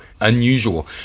unusual